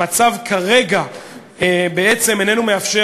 המצב כרגע אינו מאפשר,